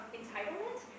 entitlement